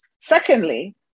secondly